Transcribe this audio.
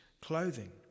clothing